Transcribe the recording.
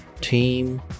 team